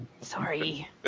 Sorry